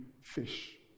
fish